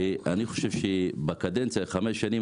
אני ראש רשות חמש שנים,